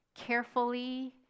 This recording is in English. carefully